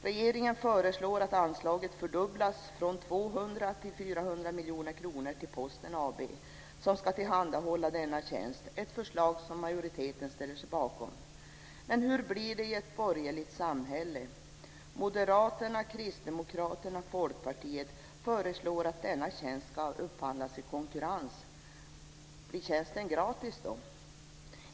Regeringen föreslår att det anslag som går till Posten AB, som ska tillhandahålla denna tjänst, ska fördubblas från 200 till 400 miljoner kronor. Det är ett förslag som majoriteten ställer sig bakom. Men hur blir det i ett borgerligt samhälle? Moderaterna, Kristdemokraterna och Folkpartiet föreslår att denna tjänst ska upphandlas i konkurrens. Blir tjänsten gratis då?